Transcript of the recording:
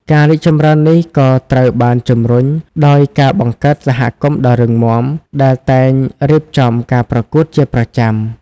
ការរីកចម្រើននេះក៏ត្រូវបានជំរុញដោយ ការបង្កើតសហគមន៍ដ៏រឹងមាំ ដែលតែងរៀបចំការប្រកួតជាប្រចាំ។